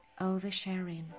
oversharing